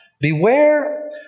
Beware